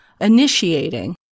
initiating